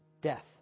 death